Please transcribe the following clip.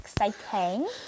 exciting